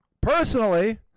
Personally